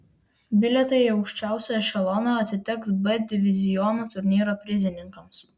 bilietai į aukščiausią ešeloną atiteks b diviziono turnyro prizininkams